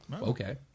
okay